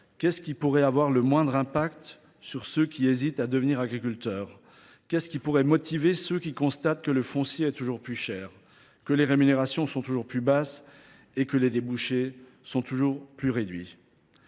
qu’est ce qui pourrait aider ceux qui hésitent à devenir agriculteurs ? Qu’est ce qui pourrait motiver ceux qui constatent que le foncier est toujours plus cher, que les rémunérations sont toujours plus faibles et que les débouchés sont toujours plus réduits ?